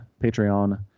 patreon